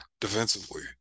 defensively